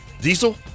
diesel